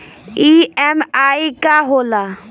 EMI का होला?